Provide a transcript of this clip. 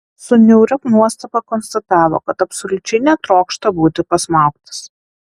su niauria nuostaba konstatavo kad absoliučiai netrokšta būti pasmaugtas